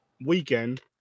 weekend